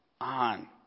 on